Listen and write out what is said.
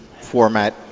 format